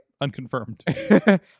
unconfirmed